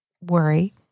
worry